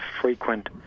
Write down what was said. frequent